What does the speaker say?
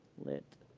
lit.